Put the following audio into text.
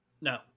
No